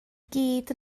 gyd